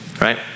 right